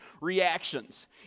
reactions